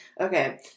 Okay